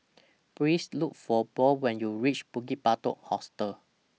Please Look For Bode when YOU REACH Bukit Batok Hostel